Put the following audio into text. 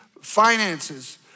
finances